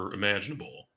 imaginable